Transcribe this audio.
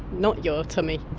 not your tummy.